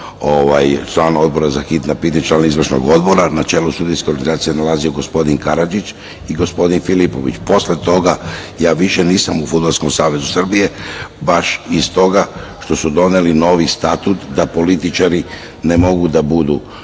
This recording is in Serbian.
član Odbora za hitna pitanja, član izvršnog odbora, na čelu su sudijske organizacije se nalazio gospodin Karadžić i gospodin Filipović. Posle toga ja više nisam u Fudbalskom savezu Srbije, baš iz toga što su doneli novi statut da političari ne mogu da budu